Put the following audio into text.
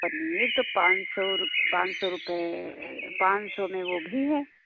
पनीर तो पाँच सौ रु पान सौ रुपये पाँच सौ में वो भी है